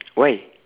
why